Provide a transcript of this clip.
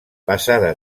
basada